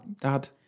Dad